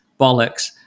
bollocks